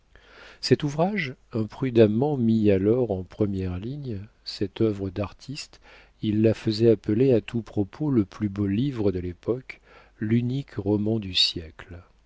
cet ouvrage imprudemment mis alors en première ligne cette œuvre d'artiste il la faisait appeler à tout propos le plus beau livre de l'époque l'unique roman du siècle